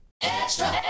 Extra